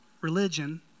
Religion